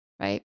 right